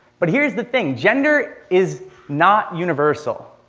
but here's the thing gender is not universal,